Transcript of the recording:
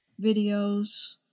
videos